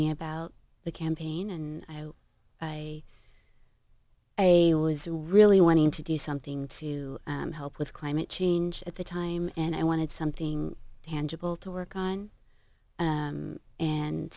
me about the campaign and i i was really wanting to do something to help with climate change at the time and i wanted something tangible to work on